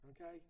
Okay